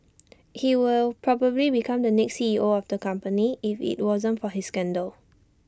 he will probably become the next CEO of the company if IT wasn't for his scandal